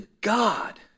God